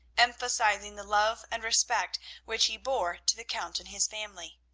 emphasising the love and respect which he bore to the count and his family.